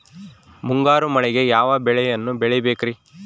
ಮುಂಗಾರು ಮಳೆಗೆ ಯಾವ ಬೆಳೆಯನ್ನು ಬೆಳಿಬೇಕ್ರಿ?